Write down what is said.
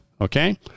Okay